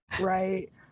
right